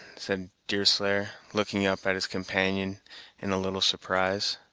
said deerslayer, looking up at his companion in a little surprise.